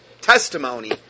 testimony